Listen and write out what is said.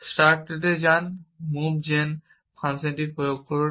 start স্টেটে যান move জেন ফাংশনটি প্রয়োগ করুন